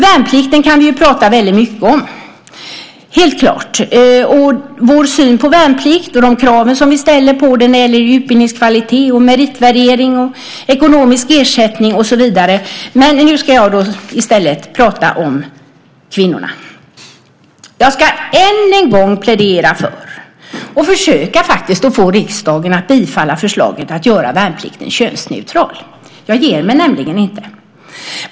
Värnplikten och vår syn på värnplikt, de krav vi ställer på den när det gäller utbildningens kvalitet, meritvärdering, ekonomisk ersättning och så vidare, kan vi prata väldigt mycket om. Nu ska jag i stället prata om kvinnorna. Jag ska än en gång plädera för och faktiskt försöka få riksdagen att bifalla förslaget att göra värnplikten könsneutral. Jag ger mig inte.